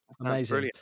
Amazing